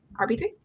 RB3